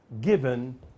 Given